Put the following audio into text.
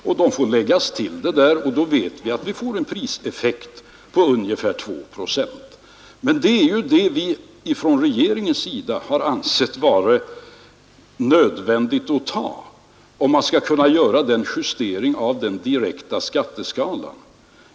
Och då vet vi att vi får en priseffekt på ungefär 2 procent. Men det är ju det som vi från regeringens sida har ansett vara nödvändigt att ta, om man skall kunna göra denna justering av den direkta skatteskalan.